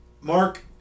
Mark